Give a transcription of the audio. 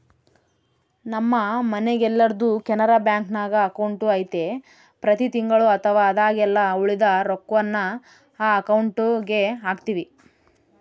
ನಮ್ಮ ಮನೆಗೆಲ್ಲರ್ದು ಕೆನರಾ ಬ್ಯಾಂಕ್ನಾಗ ಅಕೌಂಟು ಐತೆ ಪ್ರತಿ ತಿಂಗಳು ಅಥವಾ ಆದಾಗೆಲ್ಲ ಉಳಿದ ರೊಕ್ವನ್ನ ಈ ಅಕೌಂಟುಗೆಹಾಕ್ತಿವಿ